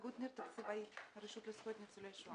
תקציבאית הרשות לזכויות ניצולי השואה.